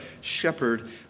shepherd